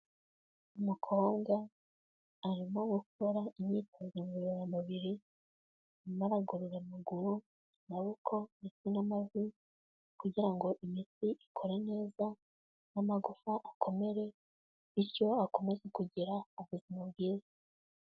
Umukobwa arimo gukora imyitozo ngororamubiri arimo aragorora amaguru, amaboko ndetse n'amavi kugira ngo imitsi ikora neza n'amagufa akomere, bityo akomeze kugira ubuzima bwiza.